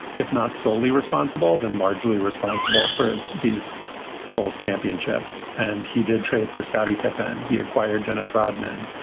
if not solely responsible, then largely responsible for these bulls championships. and he did trade for scottie pippen. he acquired dennis rodman.